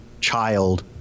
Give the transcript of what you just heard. child